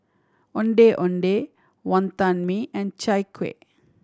Ondeh Ondeh Wonton Mee and Chai Kuih